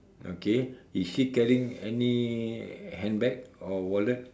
okay is she carrying any handbag or wallet